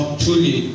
truly